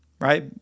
right